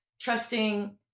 trusting